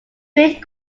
great